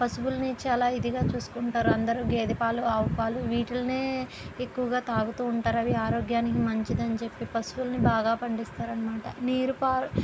పశువుల్ని చాలా ఇదిగా చూసుకుంటారు అందరూ గేదె పాలు ఆవు పాలు వీటిల్నే ఎక్కువగా తాగుతుంటారు అవి ఆరోగ్యానికి మంచిదని చెప్పి పశువులని బాగా పండిస్తారు అన్నమాట నీరు పారు